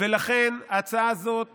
לכן ההצעה הזאת